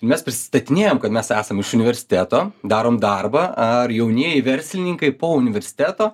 mes pristatinėjom kad mes esam iš universiteto darom darbą ar jaunieji verslininkai po universiteto